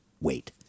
wait